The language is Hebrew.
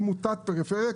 היא מוטת פריפריה,